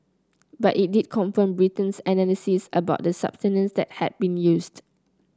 but it did confirm Britain's analysis about the substance that had been used